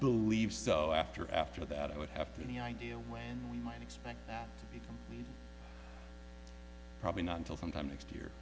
believe so after after that i would have any idea when we might expect it probably not until sometime next year